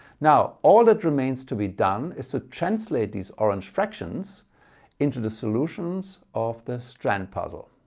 now all that remains to be done is to translate these orange fractions into the solutions of the strand puzzle.